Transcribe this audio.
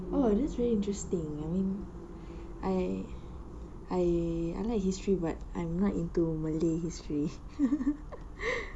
oh that's really interesting I mean I I I like history where I'm not into malay history